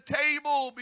table